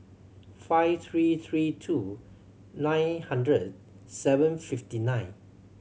five three three two nine hundred seven fifty nine